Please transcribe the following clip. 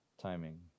timing